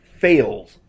fails